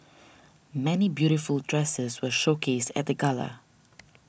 many beautiful dresses were showcased at gala